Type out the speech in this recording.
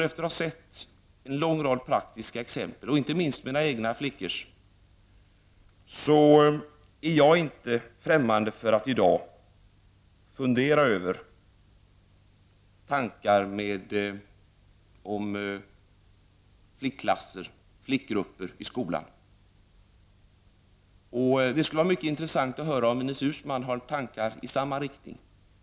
Efter att ha sett en lång rad praktiska exempel, inte minst mina egna flickors skolgång, är jag inte främmande för tanken på flickklasser eller flickgrupper i skolan. Det skulle vara mycket intressant att höra om Ines Uusmann har tankar i samma riktning.